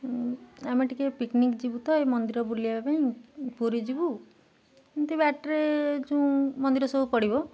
ଆମେ ଟିକେ ପିକନିକ୍ ଯିବୁ ତ ଏଇ ମନ୍ଦିର ବୁଲିବା ପାଇଁ ପୁରୀ ଯିବୁ ଏମିତି ବାଟରେ ଯେଉଁ ମନ୍ଦିର ସବୁ ପଡ଼ିବ